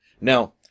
Now